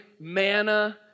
manna